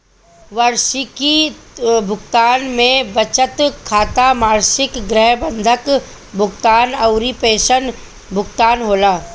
वार्षिकी भुगतान में बचत खाता, मासिक गृह बंधक भुगतान अउरी पेंशन भुगतान होला